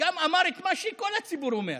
שגם אמר את מה שכל הציבור אומר: